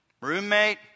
roommate